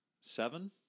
seven